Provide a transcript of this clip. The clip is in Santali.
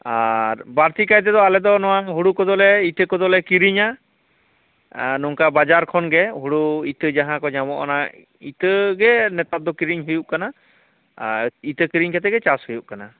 ᱟᱨ ᱵᱟᱹᱲᱛᱤ ᱠᱟᱭᱛᱮᱫᱚ ᱟᱞᱮ ᱫᱚ ᱱᱚᱣᱟ ᱦᱩᱲᱩ ᱠᱚᱫᱚᱞᱮ ᱤᱛᱟᱹ ᱠᱚᱫᱚᱞᱮ ᱠᱤᱨᱤᱧᱟ ᱟᱨ ᱱᱚᱝᱠᱟ ᱵᱟᱡᱟᱨ ᱠᱷᱚᱱ ᱜᱮ ᱦᱩᱲᱩ ᱤᱛᱟᱹ ᱡᱟᱦᱟᱸ ᱠᱚ ᱧᱟᱢᱚᱜᱼᱟ ᱚᱱᱟ ᱤᱛᱟᱹ ᱜᱮ ᱱᱮᱛᱟᱨ ᱫᱚ ᱠᱤᱨᱤᱧ ᱦᱩᱭᱩᱜ ᱠᱟᱱᱟ ᱟᱨ ᱤᱛᱟᱹ ᱠᱤᱨᱤᱧ ᱠᱟᱛᱮᱜᱮ ᱪᱟᱥ ᱦᱩᱭᱩᱜ ᱠᱟᱱᱟ